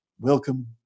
welcome